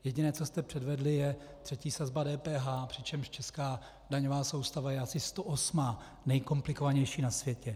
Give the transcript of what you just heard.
Jediné, co jste předvedli, je třetí sazba DPH, přičemž česká daňová soustava je asi sto osmá nejkomplikovanější na světě.